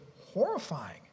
horrifying